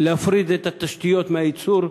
להפריד את התשתיות מהייצור,